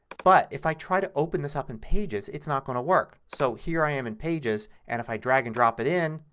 but if i try to open this up in pages it's not going to work. so, here i am in pages and if i drag and drop it in,